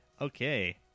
Okay